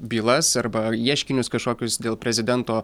bylas arba ieškinius kažkokius dėl prezidento